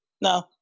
no